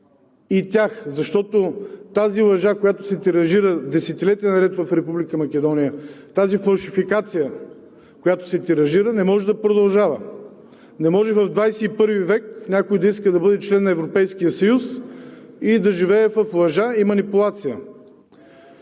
тях, защото тази лъжа, която се тиражира десетилетия наред в Република Македония, тази фалшификация, която се тиражира, не може да продължава. Не може в XXI век някой да иска да бъде член на Европейския съюз и да живее в лъжа и манипулация.